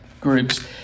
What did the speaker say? groups